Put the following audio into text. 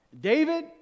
David